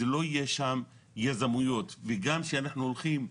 לא יהיה שם יזמויות וגם כשאנחנו הולכים,